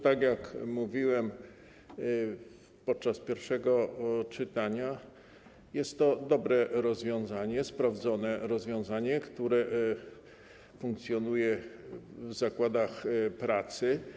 Tak jak mówiłem podczas pierwszego czytania, jest to dobre, sprawdzone rozwiązanie, które funkcjonuje w zakładach pracy.